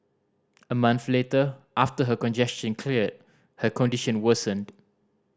a month later after her congestion cleared her condition worsened